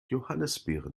johannisbeeren